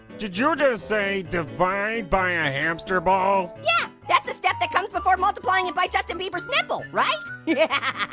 did you just say, divide by and a hamster ball? yeah, that's a step that comes before multiplying it by justin bieber's nipple, right? yeah